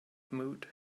mood